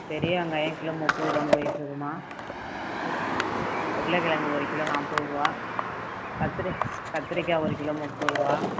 பெரிய வெங்காய கிலோ முப்பதுரரூவான்னு போய்கிட்டு இருக்குமா உ உருளைகெழங்கு ஒரு கிலோ நாற்பதுரூவா கத்திரி கத்திரிக்காய் ஒரு கிலோ முப்பதுரூவா